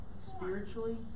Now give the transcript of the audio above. spiritually